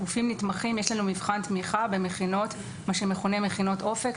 לגופים נתמכים יש לנו מבחן תמיכה במכינות; מה שמכונה: "מכינות אופק".